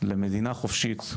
למדינה חופשית,